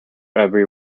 every